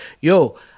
yo